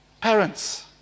parents